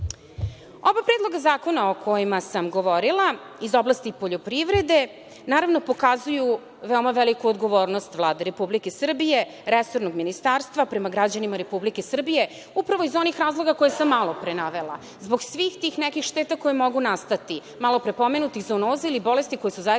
predloga zakona o kojima sam govorila iz oblasti poljoprivrede, naravno, pokazuju veoma veliku odgovornost Vlade Republike Srbije, resornog ministarstva, prema građanima Republike Srbije, upravo iz onih razloga koje sam malopre navela, zbog tih svih nekih šteta koje mogu nastati, malopre pomenutih zoonoze ili bolesti koji su zajedničke